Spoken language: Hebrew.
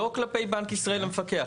לא כלפי בנק ישראל המפקח,